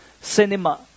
cinema